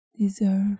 deserve